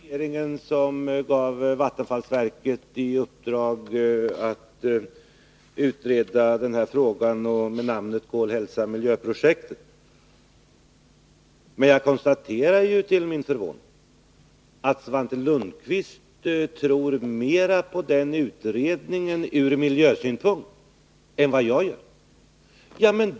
Herr talman! Det är riktigt, Svante Lundkvist, att det var regeringen som gav vattenfallsverket i uppdrag att göra en utredning — jag syftar på projektet Kol-Hälsa-Miljö. Men jag konstaterar till min förvåning att Svante Lundkvist ur miljösynpunkt tror på utredningen mer än vad jag gör.